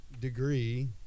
degree